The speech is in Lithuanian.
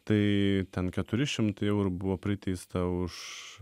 tai ten keturi šimtai eurų buvo priteista už